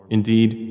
Indeed